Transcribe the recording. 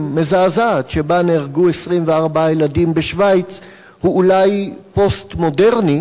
מזעזעת שבה נהרגו 24 ילדים בשווייץ הוא אולי פוסט-מודרני,